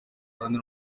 kandi